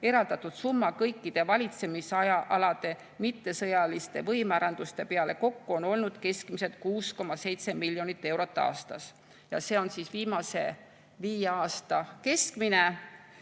eraldatud summa kõikide valitsemisalade mittesõjaliste võimearenduste peale kokku on olnud keskmiselt 6,7 miljonit eurot aastas. See on viimase viie aasta keskmine.